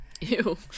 Ew